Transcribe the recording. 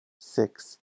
six